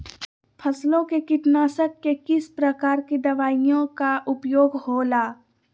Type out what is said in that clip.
फसलों के कीटनाशक के किस प्रकार के दवाइयों का उपयोग हो ला?